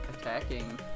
attacking